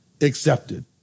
accepted